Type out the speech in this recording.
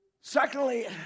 Secondly